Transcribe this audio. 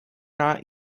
not